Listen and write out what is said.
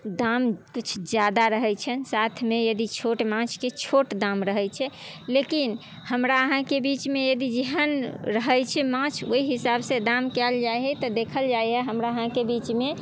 दाम किछु ज्यादा रहै छनि साथमे यदि छोट माछके छोट दाम रहै छै लेकिन हमरा अहाँके बीचमे यदि एहन रहै छै माछ ओहि हिसाबसँ दाम कएल जा हइ तऽ देखल जाइए हमरा अहाँके बीचमे